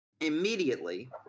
immediately